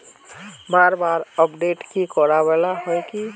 बार बार अपडेट की कराबेला होय है?